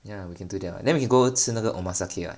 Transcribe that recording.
ya we can do that [what] then we can go 吃那个 omakase [what]